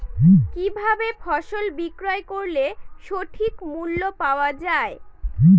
কি ভাবে ফসল বিক্রয় করলে সঠিক মূল্য পাওয়া য়ায়?